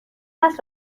است